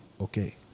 okay